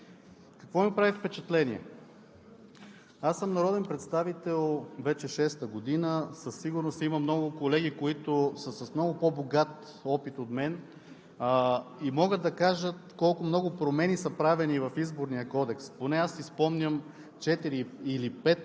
Какво ми прави впечатление? Аз съм народен представител вече шеста година. Със сигурност имам много колеги, които са с много по-богат опит от мен, и могат да кажат колко много промени са правени в Изборния кодекс – поне аз си спомням четири или пет